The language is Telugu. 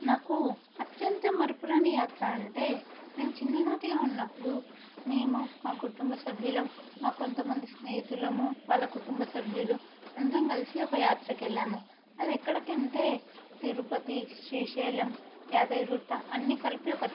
నాకు అత్యంత మరపురాని యాత్ర అంటే మేము చిన్ననాటిగా ఉన్నపుడు మేము మా కుటుంబ సభ్యులం మా కొంత మంది స్నేహితులము వాళ్ళ కుటుంబ సభ్యులు అందరం కలిసి ఒక యాత్రకి వేళ్ళాము అదెక్కడికి అంటే తిరుపతి శ్రీశైలం యాదగిరిగుట్ట అన్నీ కలిపి ఒక